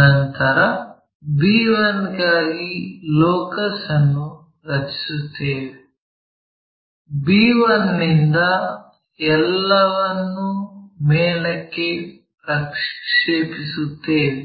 ನಂತರ b1 ಗಾಗಿ locus ಅನ್ನು ರಚಿಸತ್ತೇವೆ b1 ನಿಂದ ಎಲ್ಲವನ್ನೂ ಮೇಲಕ್ಕೆ ಪ್ರಕ್ಷೇಪಿಸುತ್ತೇವೆ